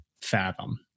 fathom